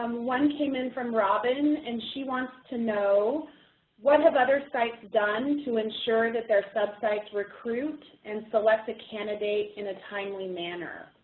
um one came in from robin, and she wants to know what have other sites done to insure that their sub-sites recruit and select a candidate in a timely manner?